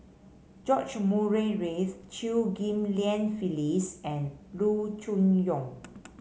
George Murray Reith Chew Ghim Lian Phyllis and Loo Choon Yong